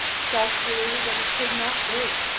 saw clearly that he could not live,